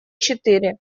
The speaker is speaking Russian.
четыре